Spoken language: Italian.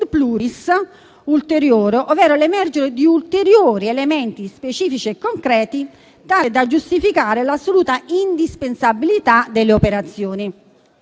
pluris* ulteriore, ovvero l'emergere di ulteriori elementi specifici e concreti tali da giustificare l'assoluta indispensabilità delle operazioni.